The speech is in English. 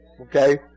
Okay